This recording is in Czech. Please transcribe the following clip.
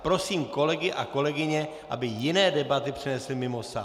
Prosím kolegy a kolegyně, aby jiné debaty přenesli mimo sál.